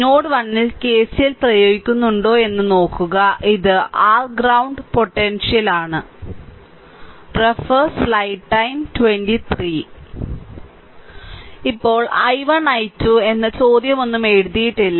node 1 ൽ KCL പ്രയോഗിക്കുന്നുണ്ടോയെന്ന് നോക്കുക ഇത് r ഗ്രൌണ്ട് പൊട്ടൻഷ്യൽ ആൺ ഇപ്പോൾ i1 i2 എന്ന ചോദ്യമൊന്നും എഴുതിയിട്ടില്ല